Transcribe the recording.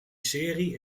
serie